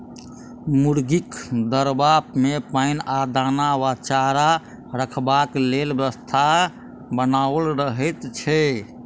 मुर्गीक दरबा मे पाइन आ दाना वा चारा रखबाक लेल व्यवस्था बनाओल रहैत छै